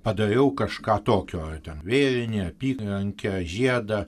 padariau kažką tokio ten vėrinį apyrankę žiedą